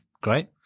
Great